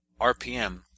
RPM